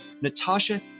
Natasha